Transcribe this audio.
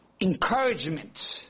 encouragement